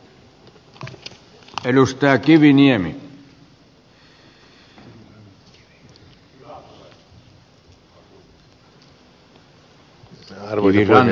arvoisa puhemies